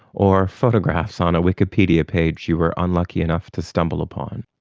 or photographs on a wikipedia page you were unlucky enough to stumble upon.